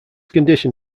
condition